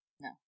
No